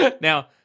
Now